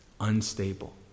unstable